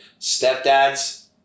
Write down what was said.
stepdad's